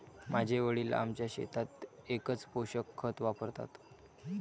माझे वडील आमच्या शेतात एकच पोषक खत वापरतात